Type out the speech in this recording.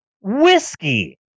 whiskey